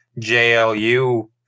JLU